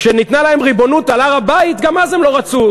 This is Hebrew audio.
כשניתנה להם ריבונות על הר-הבית, הם לא רצו.